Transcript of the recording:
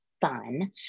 Fun